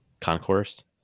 concourse